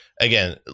again